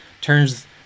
turns